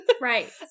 Right